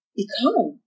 become